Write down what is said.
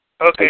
okay